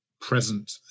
Present